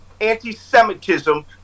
anti-Semitism